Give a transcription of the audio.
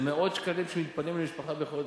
זה מאות שקלים שמתפנים למשפחה בחודש.